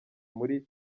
muri